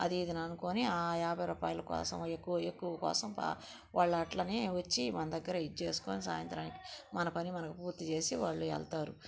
అదీ ఇదీ అననుకొని యాభై రూపాయల కోసం ఎక్కువ ఎక్కువ కోసం పా వాళ్ళు అట్లనే వచ్చి మన దగ్గర ఇది చేసుకొని సాయంత్రానికి మన పని మనకి పూర్తి చేసి వాళ్ళు వెళ్తారు